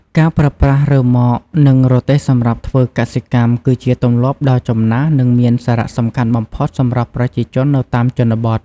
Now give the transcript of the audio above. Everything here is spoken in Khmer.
ការប្រើប្រាស់រ៉ឺម៉កនិងរទេះសម្រាប់ធ្វើកសិកម្មគឺជាទម្លាប់ដ៏ចំណាស់និងមានសារៈសំខាន់បំផុតសម្រាប់ប្រជាជននៅតាមជនបទ។